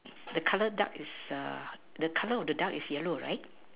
the colour duck is a the colour of the duck is yellow right